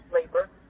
labor